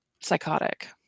Psychotic